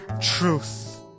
truth